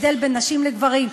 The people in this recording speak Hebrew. הבדל בין נשים לגברים,